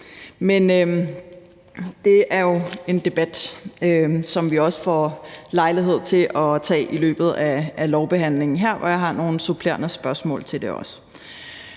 det er jo en debat, som vi også får lejlighed til at tage i løbet af lovbehandlingen her, og jeg har også nogle supplerende spørgsmål til det.